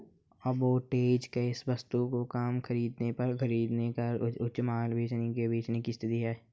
arbitrage किसी वस्तु को कम कीमत पर खरीद कर उच्च मूल्य पर बेचने की स्थिति है